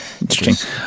interesting